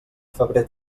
febrer